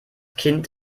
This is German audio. kind